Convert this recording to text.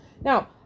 Now